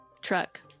Truck